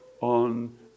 on